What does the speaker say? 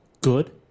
good